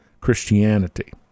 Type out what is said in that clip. Christianity